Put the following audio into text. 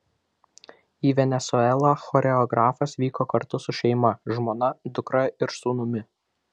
į venesuelą choreografas vyko kartu su šeima žmona dukra ir sūnumi